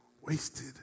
wasted